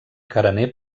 carener